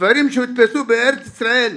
ספרים שהודפסו בארץ ישראל,